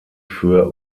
für